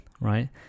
right